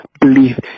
believe